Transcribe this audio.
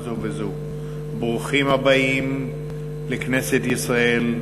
ברוכים הבאים לכנסת ישראל,